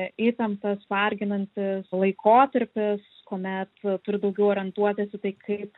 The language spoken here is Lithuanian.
įtemptas varginantis laikotarpis kuomet turi daugiau orientuotis į tai kaip